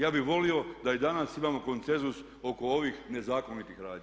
Ja bih volio da i danas imamo konsenzus oko ovih nezakonitih radnji.